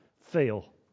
fail